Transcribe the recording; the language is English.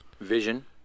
vision